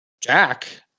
Jack